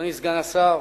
אדוני סגן השר,